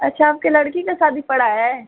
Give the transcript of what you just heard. अच्छा आपकी लड़की की शादी पड़ी है